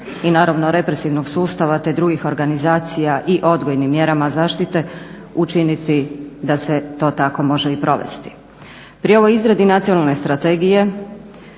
i naravnog represivnog sustav, te drugih organizacija i odgojnim mjerama zaštite učiniti da se to tako može i provesti. Pri ovoj izradi nacionalne strategije,